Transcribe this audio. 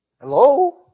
Hello